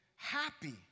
Happy